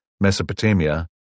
Mesopotamia